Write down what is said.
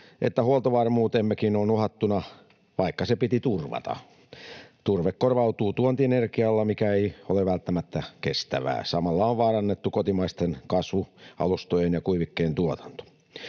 että huoltovarmuutemmekin on uhattuna, vaikka se piti turvata. Turve korvautuu tuontienergialla, mikä ei ole välttämättä kestävää. Samalla on vaarannettu kotimaisten kasvualustojen ja kuivikkeen tuotanto.